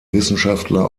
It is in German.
wissenschaftler